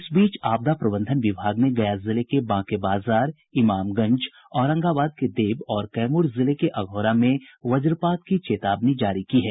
इस बीच आपदा प्रबंधन विभाग ने गया जिले के बांके बाजार इमामगंज औरंगाबाद के देव और कैमूर जिले के अघौरा में वज्रपात की चेतावनी जारी की है